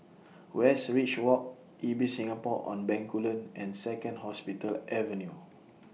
Westridge Walk Ibis Singapore on Bencoolen and Second Hospital Avenue